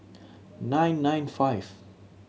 nine nine five